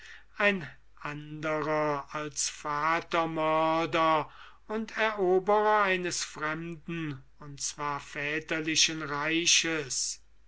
ein anderer als vatermörder und eroberer eines fremden und zwar väterlichen reiches